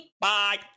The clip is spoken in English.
Bye